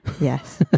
Yes